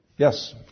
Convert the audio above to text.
Yes